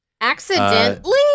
Accidentally